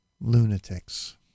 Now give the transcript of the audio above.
Lunatics